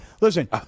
Listen